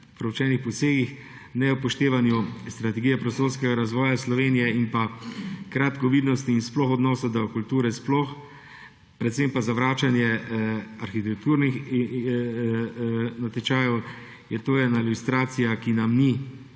preučenih posegih, neupoštevanju strategije prostorskega razvoja Slovenije in kratkovidnosti in odnosa do kulture sploh, predvsem pa zavračanju arhitekturnih natečajev, je to ena ilustracija, ki nam ni